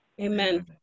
Amen